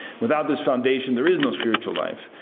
without this foundation there is no spiritual life.